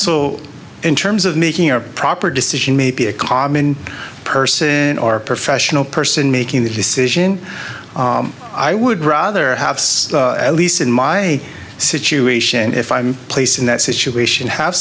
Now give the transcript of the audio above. so in terms of making a proper decision maybe a common person or professional person making the decision i would rather have at least in my situation if i'm place in that situation have